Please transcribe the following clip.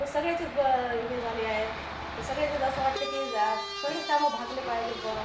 तर सगळ्याचेच हे झाले आहे सगळ्याचेच असं वाटते की जा सगळेच कामं भागले पाहिजेत बुवा